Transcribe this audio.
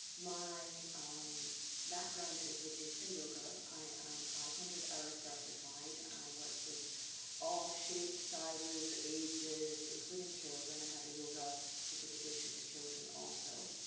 my background is with ishta yoga. i am five hundred hour certified. i work with all shapes, sizes ages, including children. i have a yoga certification for children also.